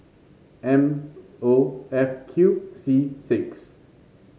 M O F Q C six